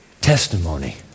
testimony